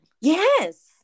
Yes